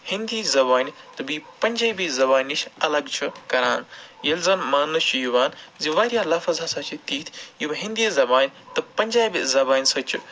ہِندی زبانہِ تہٕ بیٚیہِ پَنجٲبی زَبانہِ نِش اَلگ چھُ کران ییٚلہِ زَن ماننہٕ چھُ یِوان زِ واریاہ لَفظ ہسا چھِ تِتھۍ یِم ہِندی زَبانہِ تہٕ پَنجابی زَبانہِ سۭتۍ چھِ